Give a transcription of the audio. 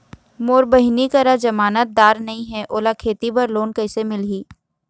मोर बहिनी करा जमानतदार नई हे, ओला खेती बर लोन कइसे मिलही?